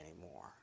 anymore